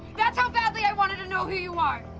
that's how badly i wanted to know who you are!